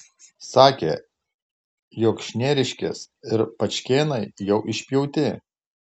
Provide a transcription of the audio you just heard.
sakė jog šnieriškės ir pačkėnai jau išpjauti